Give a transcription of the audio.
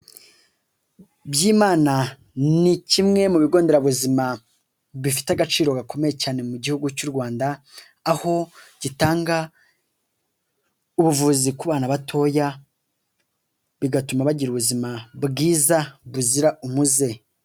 Byimana ni kimwe mu bigo nderabuzima bifite agaciro gakomeye cyane mu gihugu cy'u Rwanda, aho gitanga ubuvuzi ku bana batoya bigatuma bagira ubuzima bwiza buzira umuze.